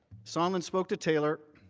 sondland spoke to taylor